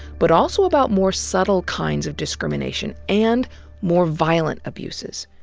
but also about more subtle kinds of discrimination, and more violent abuses.